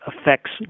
affects